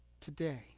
Today